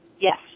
Yes